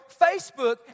Facebook